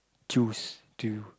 choose to